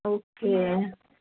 okay